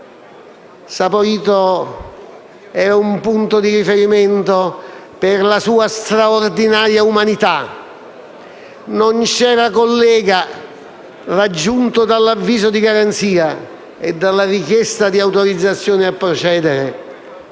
Saporito era un punto di riferimento per la sua straordinaria umanità. Non c'era collega raggiunto da un avviso di garanzia e dalla richiesta di autorizzazione a procedere